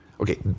Okay